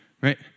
right